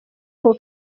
ako